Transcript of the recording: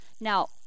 Now